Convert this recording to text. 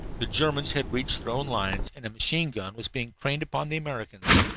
the germans had reached their own lines, and a machine-gun was being trained upon the americans.